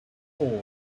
cord